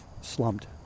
slumped